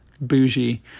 Bougie